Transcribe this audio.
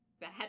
bad